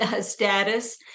status